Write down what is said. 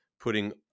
putting